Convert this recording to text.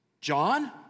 John